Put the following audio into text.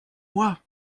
mois